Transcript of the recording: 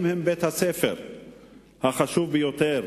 "החיים הם בית-הספר החשוב ביותר,